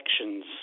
elections